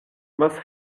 must